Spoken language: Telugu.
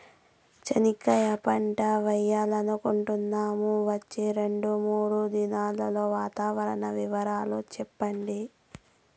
చెనక్కాయ పంట వేయాలనుకుంటున్నాము, వచ్చే రెండు, మూడు దినాల్లో వాతావరణం వివరాలు చెప్పండి?